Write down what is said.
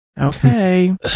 okay